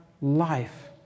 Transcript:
life